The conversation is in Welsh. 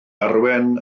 arwain